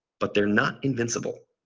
but they're not invincible.